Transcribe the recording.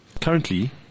currently